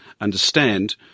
understand